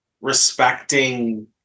respecting